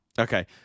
okay